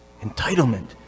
Entitlement